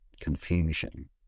confusion